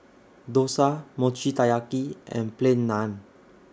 Dosa Mochi Taiyaki and Plain Naan